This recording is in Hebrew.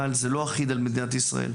אבל זה לא אחיד על מדינת ישראל.